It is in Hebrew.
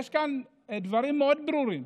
יש כאן דברים מאוד ברורים.